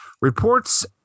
Reports